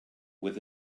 with